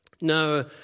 Now